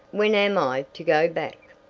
when am i to go back?